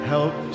Help